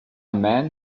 man